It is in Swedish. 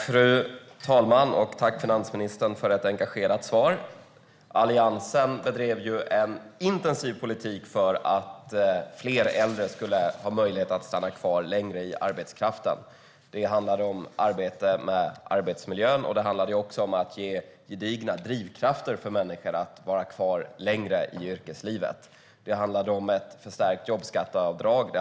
Fru talman! Tack, finansministern, för ett engagerat svar! Alliansen bedrev en intensiv politik för att fler äldre skulle ha möjlighet att stanna kvar längre i arbetskraften. Det handlade om arbete med arbetsmiljön. Det handlade om att ge människor gedigna drivkrafter för att vara kvar längre i yrkeslivet, till exempel genom ett förstärkt jobbskatteavdrag.